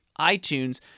iTunes